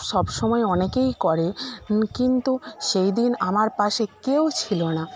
সবসময় অনেকেই করে কিন্তু সেইদিন আমার পাশে কেউ ছিল না